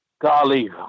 golly